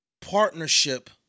partnership